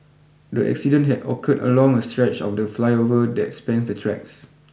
the accident had occurred along a stretch of the flyover that spans the tracks